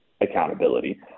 accountability